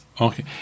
Okay